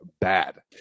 bad